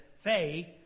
faith